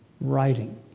writing